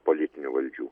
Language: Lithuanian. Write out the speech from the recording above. politinių valdžių